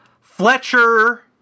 Fletcher